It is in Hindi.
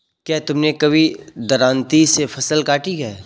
क्या तुमने कभी दरांती से फसल काटी है?